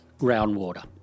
groundwater